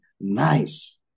nice